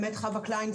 באמת חווה קליין,